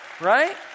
Right